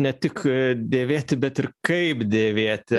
ne tik dėvėti bet ir kaip dėvėti